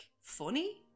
funny